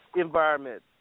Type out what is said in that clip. environment